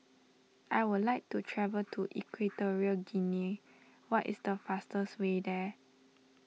I would like to travel to Equatorial Guinea what is the fastest way there